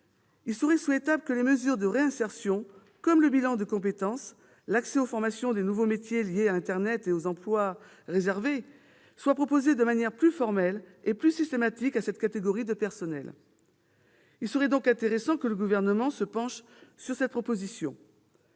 Il serait souhaitable que les mesures de réinsertion, comme le bilan de compétences ou l'accès à des formations relatives aux nouveaux métiers de l'Internet ou aux emplois réservés, soient proposées de manière plus formelle et plus systématique à cette catégorie de personnel. Il serait intéressant que le Gouvernement se penche sur cette proposition.